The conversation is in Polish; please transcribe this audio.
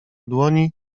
dłoni